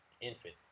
infant